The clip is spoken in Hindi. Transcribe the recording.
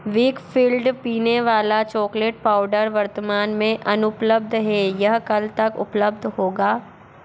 वीकफील्ड पीने वाला चॉकलेट पाउडर वर्तमान में अनुपलब्ध है यह कल तक उपलब्ध होगा